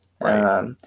Right